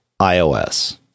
iOS